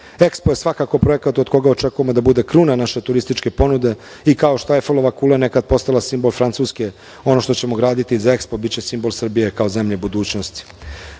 je svakako projekat od koga očekujemo da bude kruna naše turističke ponude i kao što je Ajfelova kula nekad postala simbol Francuske, ono što ćemo graditi za EXPO biće simbol Srbije, kao zemlje budućnosti. Vlada